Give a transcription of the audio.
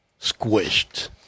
Squished